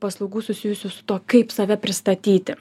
paslaugų susijusių su tuo kaip save pristatyti